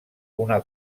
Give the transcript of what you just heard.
una